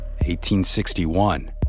1861